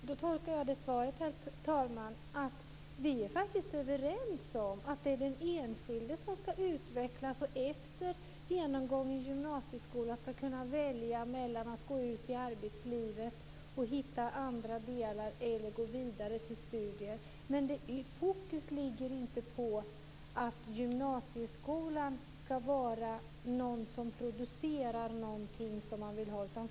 Herr talman! Jag tolkar det svaret som att vi faktiskt är överens om att det är den enskilde som skall utvecklas och efter genomgången gymnasieskola kunna välja mellan att gå ut i arbetslivet och hitta andra delar eller gå vidare till studier. Fokus ligger inte på att gymnasieskolan skall producera någonting som man vill ha.